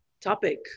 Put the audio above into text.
topic